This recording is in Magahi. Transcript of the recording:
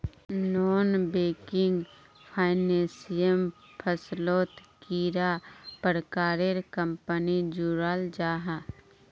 नॉन बैंकिंग फाइनेंशियल फसलोत कैडा प्रकारेर कंपनी जुराल जाहा?